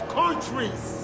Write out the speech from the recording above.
countries